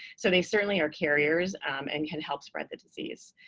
so they certainly are carriers and can help spread the disease.